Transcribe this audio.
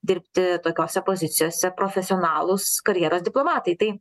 dirbti tokiose pozicijose profesionalūs karjeros diplomatai tai